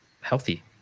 healthy